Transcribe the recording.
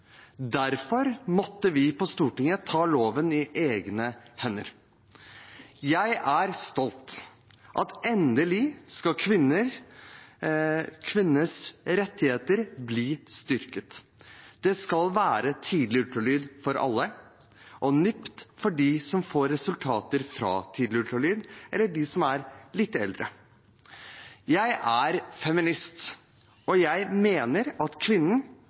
Derfor måtte vi på Stortinget ta loven i egne hender. Jeg er stolt av at kvinners rettigheter endelig skal bli styrket. Det skal være tidlig ultralyd for alle og NIPT for dem som får resultater fra tidlig ultralyd, eller dem som er litt eldre. Jeg er feminist, og jeg mener at